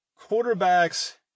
quarterbacks